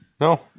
no